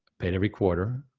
paid every quarter,